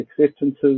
Acceptances